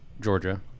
Georgia